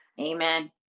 Amen